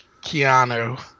Keanu